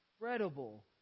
incredible